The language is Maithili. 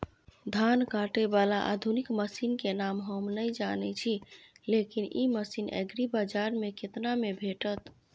धान काटय बाला आधुनिक मसीन के नाम हम नय जानय छी, लेकिन इ मसीन एग्रीबाजार में केतना में भेटत?